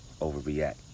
overreact